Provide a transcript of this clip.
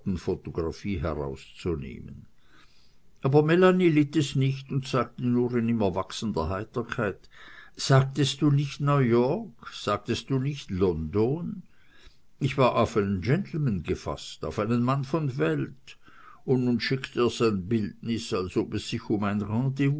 herauszunehmen aber melanie litt es nicht und sagte nur in immer wachsender heiterkeit sagtest du nicht new york sagtest du nicht london ich war auf einen gentleman gefaßt auf einen mann von welt und nun schickt er sein bildnis als ob es sich um ein